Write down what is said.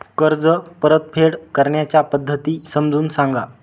कर्ज परतफेड करण्याच्या पद्धती समजून सांगा